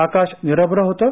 आकाश निरभ्र होतं